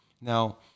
Now